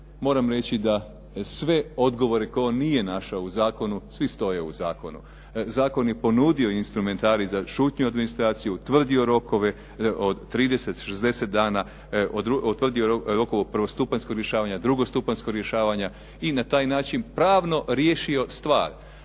Moram reći da sve odgovore koje on nije našao u zakonu, svi stoje u zakonu. Zakon je ponudio instrumentarij za šutnju u administraciju, utvrdio rokove od 30, 60 dana, utvrdio rokove prvostupanjskog rješavanja, drugostupanjskog rješavanja i na taj način pravno riješio stvar.